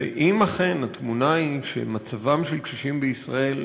ואם אכן התמונה היא שמצבם של קשישים בישראל